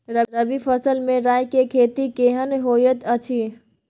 रबी फसल मे राई के खेती केहन होयत अछि?